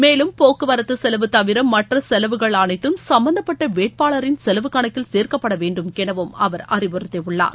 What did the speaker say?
மேலும் போக்குவரத்து செலவு தவிர மற்ற செலவுகள் அனைத்தம் சும்பந்தப்பட்ட வேட்பாளமின் செலவு கணக்கில் சேர்க்கப்பட வேண்டும் எனவும் அவர் அறிவுறுத்தியுள்ளார்